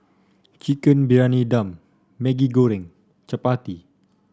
Chicken Briyani Dum Maggi Goreng chappati